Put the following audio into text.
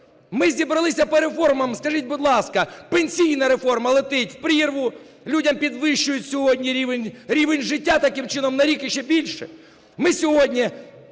Ми зібралися по реформах, скажіть, будь ласка, пенсійна реформа летить в прірву, людям підвищують сьогодні – рівень життя таким чином на рік іще більше. Ми сьогодні